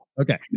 Okay